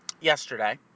yesterday